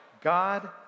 God